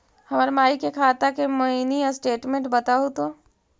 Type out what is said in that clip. हमर माई के खाता के मीनी स्टेटमेंट बतहु तो?